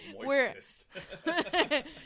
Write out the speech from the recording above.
Moistest